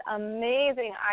amazing